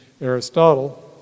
Aristotle